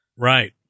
right